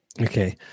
Okay